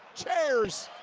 chairs.